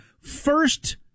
First